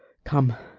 come,